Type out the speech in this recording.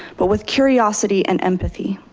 but with curiosity and empathy.